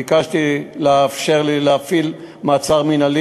ביקשתי לאפשר לי להפעיל מעצר מינהלי.